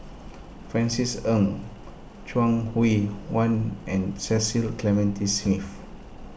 Francis Ng Chuang Hui Tsuan and Cecil Clementi Smith